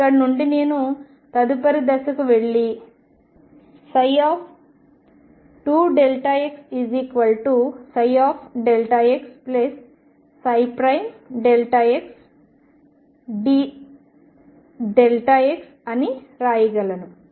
ఇక్కడ నుండి నేను తదుపరి దశకు వెళ్లి 2xψxxx అని వ్రాయగలను